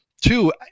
Two